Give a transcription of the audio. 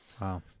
Wow